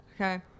okay